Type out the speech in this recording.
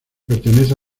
pertenece